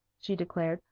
she declared.